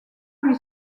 lui